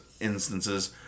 Instances